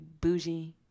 bougie